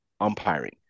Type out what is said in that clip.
umpiring